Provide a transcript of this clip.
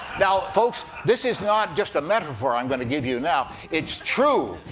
now folks, this is not just a metaphor i'm going to give you now, it's true.